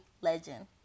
legend